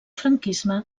franquisme